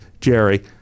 Jerry